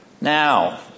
Now